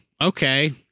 okay